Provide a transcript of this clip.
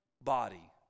body